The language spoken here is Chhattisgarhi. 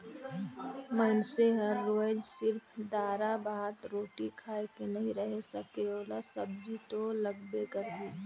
मइनसे हर रोयज सिरिफ दारा, भात, रोटी खाए के नइ रहें सके ओला सब्जी तो लगबे करही